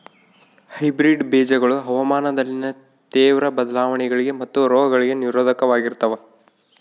hybrid ಬೇಜಗಳು ಹವಾಮಾನದಲ್ಲಿನ ತೇವ್ರ ಬದಲಾವಣೆಗಳಿಗೆ ಮತ್ತು ರೋಗಗಳಿಗೆ ನಿರೋಧಕವಾಗಿರ್ತವ